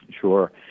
Sure